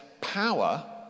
power